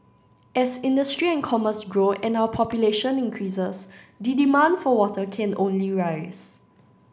as industry and commerce grow and our population increases the demand for water can only rise